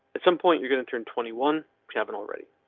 some point you're going to turn twenty one. we haven't already,